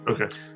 Okay